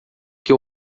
que